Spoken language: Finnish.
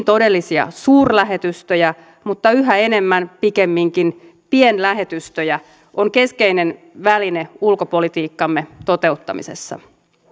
todellisia suurlähetystöjä mutta yhä enemmän pikemminkin pienlähetystöjä on keskeinen väline ulkopolitiikkamme toteuttamisessa